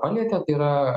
palietė tai yra